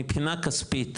מבחינה כספית,